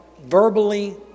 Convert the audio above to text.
verbally